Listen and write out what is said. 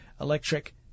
electric